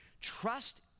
Trust